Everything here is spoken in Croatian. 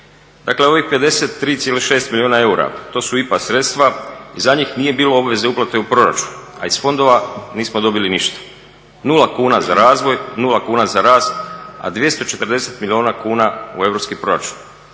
Dakle, ovih 53,6 milijuna eura to su IPA sredstva i za njih nije bilo obveze uplate u proračun a iz fondova nismo dobili ništa. Nula kuna za razvoj, nula kuna za rast, a 240 milijuna kuna u europski proračun.